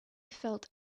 felt